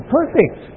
perfect